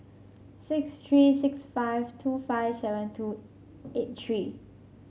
six three six five two five seven two eight three